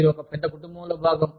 మీరు ఒక పెద్ద కుటుంబంలో భాగం